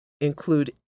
Include